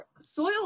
soil